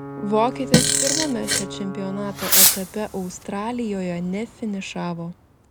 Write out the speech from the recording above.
vokietis pirmame šio čempionato etape australijoje nefinišavo